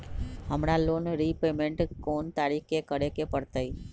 हमरा loan repayment कोन तारीख के करे के परतई?